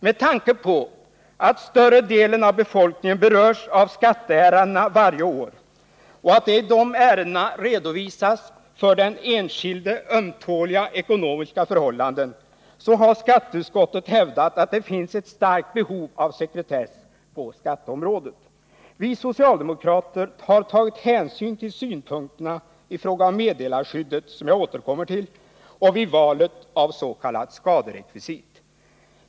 Med tanke på att större delen av befolkningen varje år berörs av skatteärendena och att det i dessa ärenden redovisas för den enskilde ömtåliga ekonomiska förhållanden har skatteutskottet hävdat att det finns ett starkt behov av sekretess på skatteområdet. Vi socialdemokrater har tagit hänsyn till de synpunkterna i fråga om meddelarskyddet, som jag återkommer till, och vid valet av s.k. skaderekvisit.